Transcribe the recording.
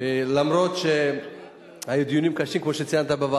למרות שהיו בוועדה דיונים קשים, כמו שציינת,